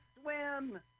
swim